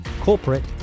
corporate